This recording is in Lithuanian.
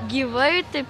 gyvai taip